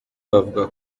bavuga